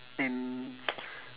an